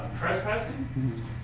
trespassing